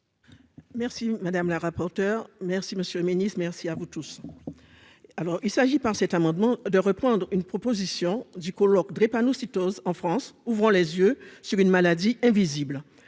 Merci madame la rapporteure, merci Monsieur le Ministre, merci à vous tous, alors il s'agit par cet amendement de reprendre une proposition du colloque drépanocytose en France ouvrant les yeux sur une maladie invisible